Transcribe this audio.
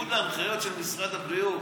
בניגוד להנחיות של משרד הבריאות.